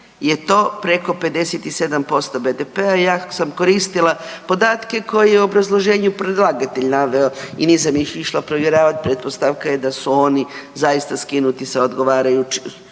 je to preko 57% BDP-a, ja sam koristila podatke koje je u obrazloženju predlagatelj naveo i nisam ih išla provjeravat, pretpostavka je da su oni zaista skinuti sa odgovarajućih